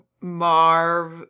Marv